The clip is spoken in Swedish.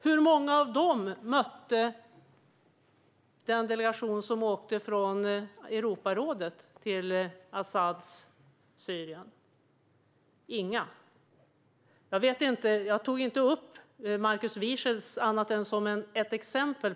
Hur många av dessa mötte delegationen som åkte från Europarådet till Asads Syrien? Inga. Jag tog bara upp Markus Wiechel som exempel.